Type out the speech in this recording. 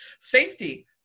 safety